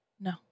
No